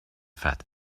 fat